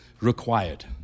required